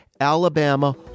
Alabama